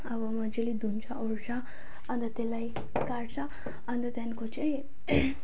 अब मजाले धुन्छ ओर्छ अन्त त्यसलाई काट्छ अन्त त्यहाँको चाहिँ